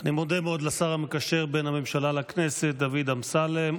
אני מודה מאוד לשר המקשר בין הממשלה לכנסת דוד אמסלם,